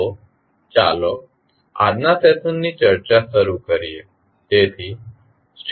તો ચાલો આજના સેશન ની ચર્ચા શરૂ કરીએ